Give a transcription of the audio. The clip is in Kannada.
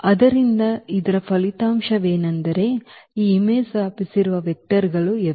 ಆದ್ದರಿಂದ ಇದರ ಫಲಿತಾಂಶವೇನೆಂದರೆ ಈ ಚಿತ್ರವು ವ್ಯಾಪಿಸಿರುವ ವೆಕ್ಟರ್ಗಳು F